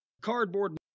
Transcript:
cardboard